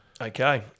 Okay